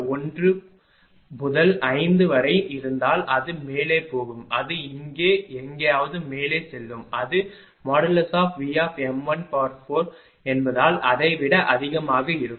0 முதல் 5 வரை இருந்தால் அது மேலே போகும் அது இங்கே எங்காவது மேலே செல்லும் அது Vm14 என்பதால் அதை விட அதிகமாக இருக்கும்